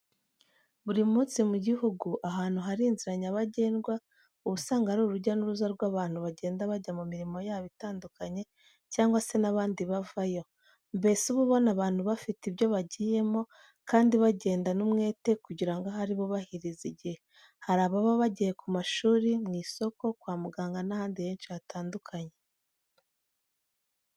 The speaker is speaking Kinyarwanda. Buri munsi mu gihugu ahantu hari inzira nyabagendwa, uba usanga ari urujya n'uruza rw'abantu bagenda bajya mu mirimo yabo itandukanye cyangwa se n'abandi bavayo, mbese uba ubona abantu bafite ibyo bagiyemo kandi bagenda n'umwete kugira ngo ahari bubahirize igihe, hari ababa bagiye ku mashuri, mu isoko, kwa muganga n'ahandi henshi hatandukanye.